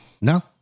No